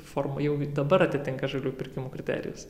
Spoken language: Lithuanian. forma jau dabar atitinka žaliųjų pirkimų kriterijus